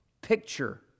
picture